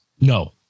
No